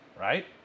right